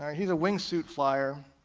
he's a wing suit flyer,